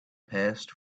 passed